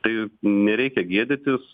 tai nereikia gėdytis